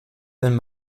wenn